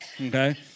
okay